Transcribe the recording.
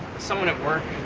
someone at work.